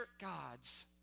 gods